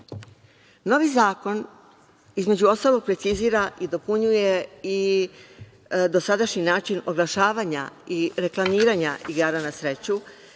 zakon između ostalog precizira i dopunjuje i dosadašnji način oglašavanja i reklamiranja igara na sreću